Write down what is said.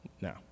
Now